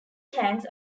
tanks